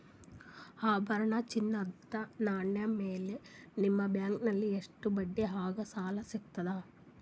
ಆಭರಣ, ಚಿನ್ನದ ನಾಣ್ಯ ಮೇಲ್ ನಿಮ್ಮ ಬ್ಯಾಂಕಲ್ಲಿ ಎಷ್ಟ ಬಡ್ಡಿ ಹಂಗ ಸಾಲ ಸಿಗತದ?